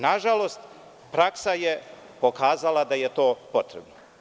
Nažalost, praksa je pokazala da je to potrebno.